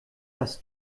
das